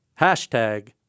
hashtag